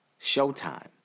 Showtime